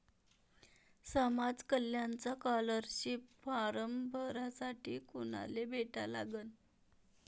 समाज कल्याणचा scholarship form भरासाठी कुनाले भेटा लागन?